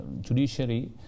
judiciary